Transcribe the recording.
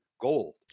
gold